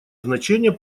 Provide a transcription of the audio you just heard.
значение